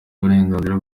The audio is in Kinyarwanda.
uburenganzira